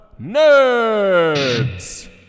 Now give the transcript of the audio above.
nerds